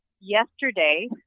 Yesterday